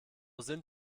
sind